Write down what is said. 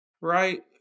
right